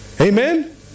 Amen